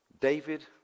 David